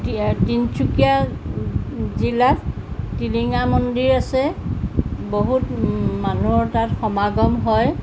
তি তিনিচুকীয়া জিলাত টিলিঙা মন্দিৰ আছে বহুত মানুহৰ তাত সমাগম হয়